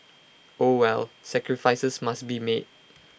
oh well sacrifices must be made